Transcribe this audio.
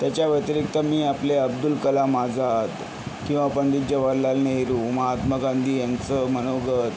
त्याच्याव्यतिरिक्त मी आपले अब्दुल कलाम आझाद किंवा पंडित जवाहरलाल नेहरू महात्मा गांधी यांचं मनोगत